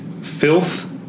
Filth